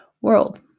world